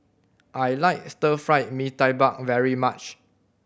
I like Stir Fry Mee Tai Mak very much